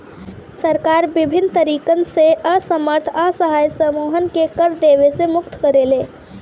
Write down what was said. सरकार बिभिन्न तरीकन से असमर्थ असहाय समूहन के कर देवे से मुक्त करेले